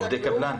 עובדי קבלן.